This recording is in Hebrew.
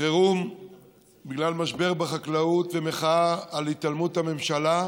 חירום בגלל המשבר בחקלאות ומחאה על התעלמות הממשלה,